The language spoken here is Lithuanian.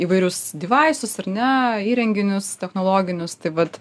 įvairius vaistus ir ne įrenginius technologinius tai vat